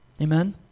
Amen